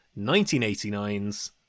1989's